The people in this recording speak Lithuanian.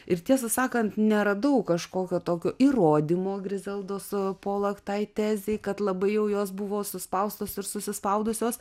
ir tiesą sakant neradau kažkokio tokio įrodymo grizeldos polak tai tezei kad labai jau jos buvo suspaustos ir susispaudusios